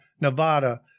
Nevada